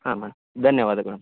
ಹಾಂ ಮೇಡಮ್ ಧನ್ಯವಾದಗಳು